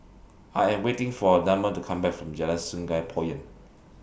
I Am waiting For Damon to Come Back from Jalan Sungei Poyan